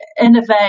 innovate